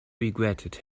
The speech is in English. regretted